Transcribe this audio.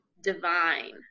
divine